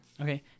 Okay